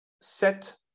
set